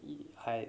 hi